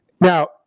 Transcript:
Now